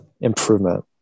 improvement